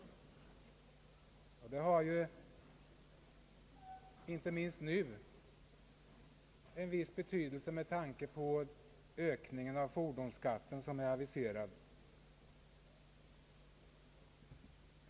Det har ju inte minst nu en viss betydelse med tanke på den höjning av fordonsskatten som är aviserad.